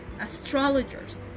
astrologers